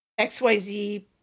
XYZ